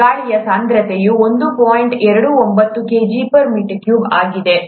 ಗಾಳಿಯ ಸಾಂದ್ರತೆಯು 1